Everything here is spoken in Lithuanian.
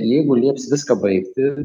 jeigu lieps viską baigti